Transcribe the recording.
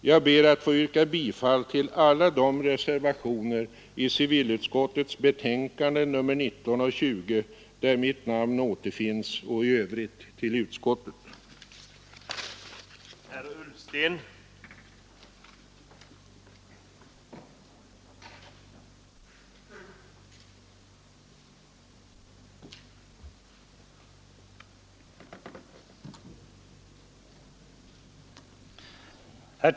Jag ber att få yrka bifall till alla de reservationer i civilutskottets betänkanden nr 19 och 20, där mitt namn återfinns, och i övrigt till utskottets förslag.